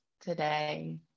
today